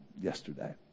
yesterday